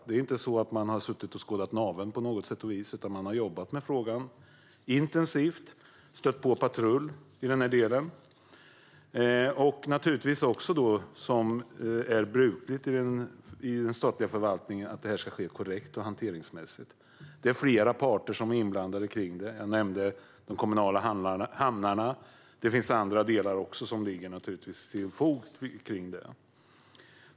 Det är inte så att man har suttit och skådat navel, utan man har jobbat intensivt med frågan och stött på patrull i den här delen. Naturligtvis, vilket är brukligt i den statliga förvaltningen, ska det här ske hanteringsmässigt korrekt. Det är flera parter som är inblandade. Jag nämnde de kommunala hamnarna, och det finns andra delar också som går att foga till detta.